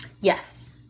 Yes